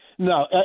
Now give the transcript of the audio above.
No